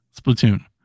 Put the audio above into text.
Splatoon